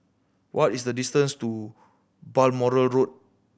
what is the distance to Balmoral Road